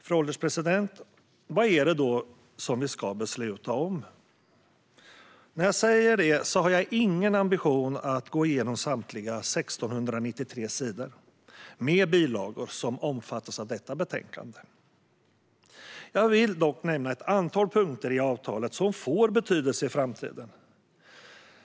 Fru ålderspresident! Vad är det då som vi ska besluta om? När jag säger detta har jag ingen ambition att gå igenom samtliga 1 693 sidor med bilagor som omfattas av detta betänkande. Jag vill dock nämna ett antal punkter i avtalet som får betydelse i framtiden.